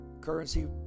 currency